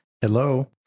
Hello